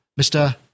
Mr